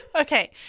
Okay